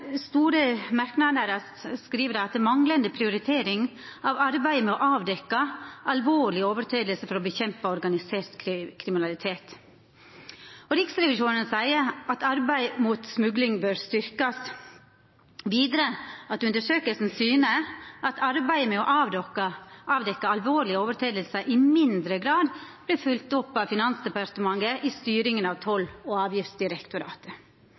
prioritering av arbeidet med å avdekke alvorlige overtredelser for å bekjempe organisert kriminalitet» Riksrevisjonen seier at arbeidet mot smugling bør styrkjast. Vidare seier dei at undersøkinga syner at arbeidet med å avdekkja alvorlege brot i mindre grad vert følgt opp av Finansdepartementet i styringa av Toll- og avgiftsdirektoratet.